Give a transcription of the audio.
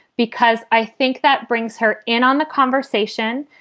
because i think that brings her in on the conversation.